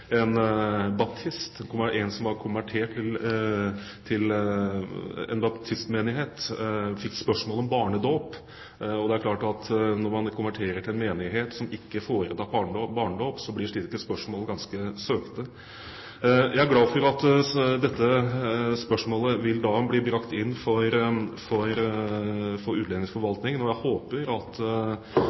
fikk spørsmål om barnedåp. Det er klart at når man konverterer til en menighet som ikke foretar barnedåp, blir slike spørsmål ganske søkte. Jeg er som sagt glad for at dette spørsmålet vil bli brakt inn for utlendingsforvaltningen, og jeg håper at